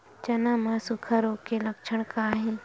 चना म सुखा रोग के लक्षण का हे?